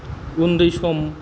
उन्दै सम